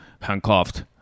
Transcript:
handcuffed